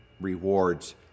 rewards